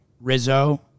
Rizzo